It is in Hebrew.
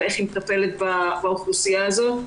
איך היא מטפלת באוכלוסייה הזאת,